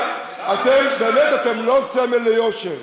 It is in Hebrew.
אבל אתם באמת לא סמל ליושר.